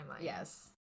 yes